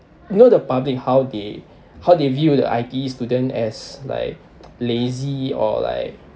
you know the public how they how they view the I_T_E student as like lazy or like